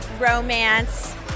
romance